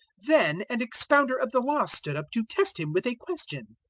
then an expounder of the law stood up to test him with a question.